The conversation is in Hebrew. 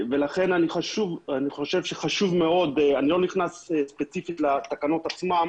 אני לא נכנס ספציפית לתקנות עצמן,